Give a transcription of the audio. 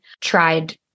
tried